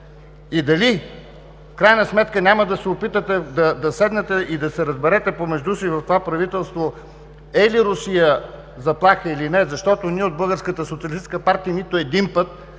и дали в крайна сметка няма да се опитате да седнете и да се разберете помежду си в това правителство – е ли Русия заплаха или не? Защото ние от Българската